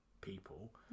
people